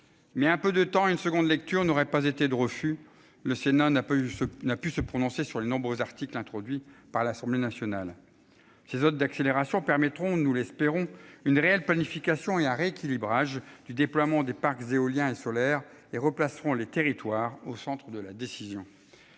Mais un peu de temps une seconde lecture n'aurait pas été de refus, le Sénat n'a pas eu ce n'a pu se prononcer sur le nombreux articles introduits par l'Assemblée nationale. Ces zones d'accélération permettront, nous l'espérons une réelle planification et un rééquilibrage du déploiement des parcs éoliens et solaires et remplaceront les territoires au centre de la décision.